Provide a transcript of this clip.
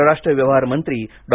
परराष्ट्र व्यवहार मंत्री डॉ